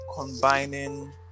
combining